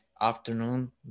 afternoon